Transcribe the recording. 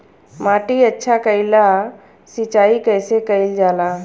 माटी अच्छा कइला ला सिंचाई कइसे कइल जाला?